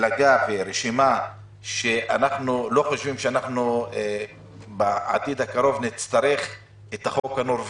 מפלגה ורשימה שאנחנו לא חושבים שבעתיד הקרוב נצטרך את החוק הנורווגי.